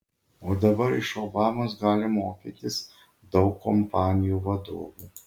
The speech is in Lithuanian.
o dabar iš obamos gali mokytis daug kompanijų vadovų